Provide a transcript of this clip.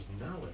knowledge